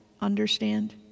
understand